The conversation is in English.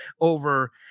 over